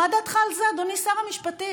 מה דעתך על זה, אדוני שר המשפטים?